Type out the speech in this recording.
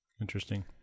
Interesting